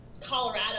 Colorado